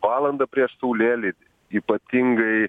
valandą prieš saulėlydį ypatingai